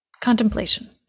Contemplation